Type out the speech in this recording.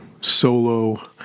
solo